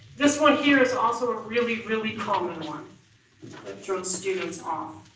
this one here is also a really, really common one that throws students off.